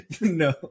No